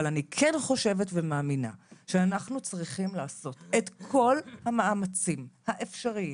אבל אני כן חושבת שמאמינה שאנחנו צריכים לעשות את כל המאמצים האפשריים